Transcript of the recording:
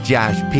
Josh